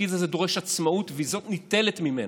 התפקיד הזה דורש עצמאות, וזאת ניטלת ממנו.